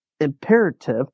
imperative